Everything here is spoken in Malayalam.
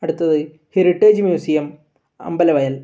അടുത്തത് ഹെറിറ്റേജ് മ്യൂസിയം അമ്പലവയൽ